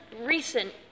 recent